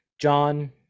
John